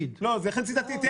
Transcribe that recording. לכן ציטטתי את יאיר לפיד,